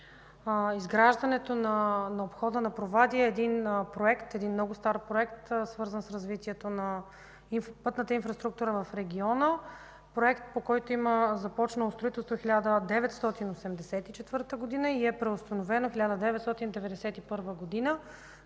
Изграждането на обхода на Провадия е един проект, един много стар проект, свързан с развитието на пътната инфраструктура в региона, проект, по който има започнало строителство през 1984 г. и е преустановено в 1991 г.,